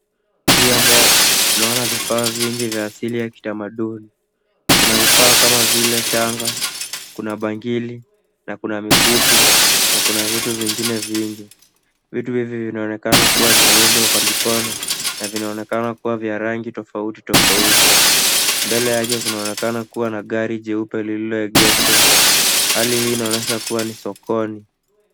Juu ya meza tunaona vifaa vingi vya asili ya kitamaduni. Kuna vifaa kama vile shangaa, kuna bangili na kuna mikufu na kuna vitu vingine vingi. Vitu hivi vinaonekana kuwa vimeundwa kwa mikono na vinaonekana kuwa vya rangi tofautitofauti. Mbele yake kunaonekana kuwa na gari jeupe lililoegeshwa. Hali hii inaonyesha kuwa ni sokoni.